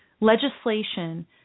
legislation